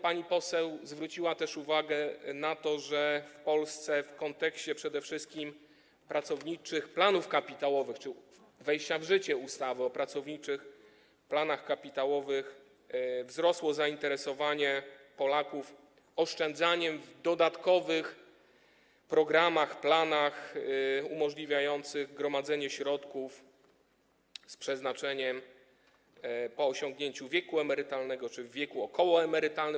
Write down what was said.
Pani poseł zwróciła też uwagę na to, że w Polsce, w kontekście przede wszystkim pracowniczych planów kapitałowych czy wejścia w życie ustawy o pracowniczych planach kapitałowych, wzrosło zainteresowanie Polaków oszczędzaniem w ramach dodatkowych programów, planów umożliwiających gromadzenie środków przeznaczonych do wykorzystania po osiągnięciu wieku emerytalnego czy w wieku okołoemerytalnym.